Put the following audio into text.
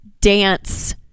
dance